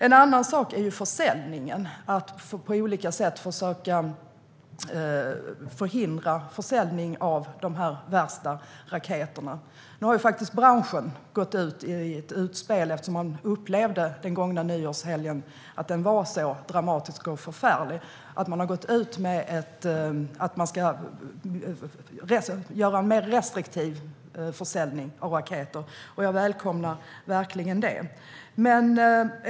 En annan sak är försäljningen och att på olika sätt försöka att förhindra försäljning av de värsta raketerna. Nu har branschen gjort ett utspel eftersom man upplevde att den gångna nyårshelgen var så pass dramatisk och förfärlig. Branschen går nu ut med en mer restriktiv försäljning av raketer, och det välkomnar jag verkligen.